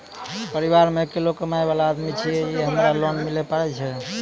परिवारों मे अकेलो कमाई वाला आदमी छियै ते हमरा लोन मिले पारे छियै?